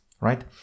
right